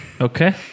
Okay